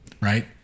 right